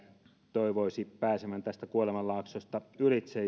toivoisi pääsevän tästä kuolemanlaaksosta ylitse